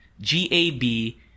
G-A-B